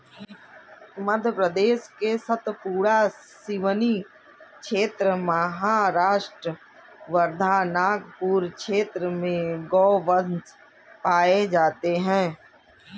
मध्य प्रदेश के सतपुड़ा, सिवनी क्षेत्र, महाराष्ट्र वर्धा, नागपुर क्षेत्र में गोवंश पाये जाते हैं